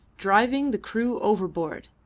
driving the crew overboard.